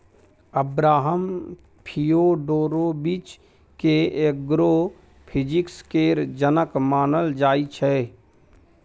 Abraham Fyodorovich केँ agrophysics केर जनक मानल जाइ छै